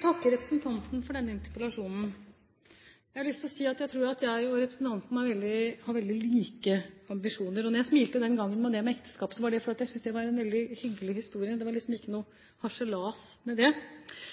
takke representanten for denne interpellasjonen. Jeg har lyst til å si at jeg tror at jeg og representanten har veldig like ambisjoner. Når jeg smilte den gangen om ekteskapet, var det fordi jeg syntes at det var en veldig hyggelig historie. Det var ingen harselas. God oppfølging av mennesker med